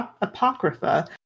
Apocrypha